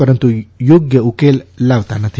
પરંતુ યોગ્ય ઉકેલ લાવતા નથી